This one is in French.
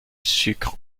sucre